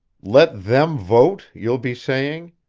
let them vote, you'll be saying.